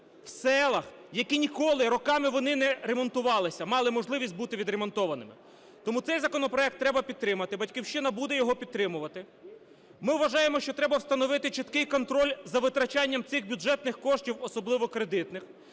в селах, які ніколи, роками вони не ремонтувались, мали можливість бути відремонтованими. Тому цей законопроект треба підтримати, "Батьківщина" буде його підтримувати. Ми вважаємо, що треба встановити чіткий контроль за витрачанням цих бюджетних коштів, особливо кредитних.